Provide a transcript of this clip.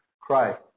Christ